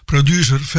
Producer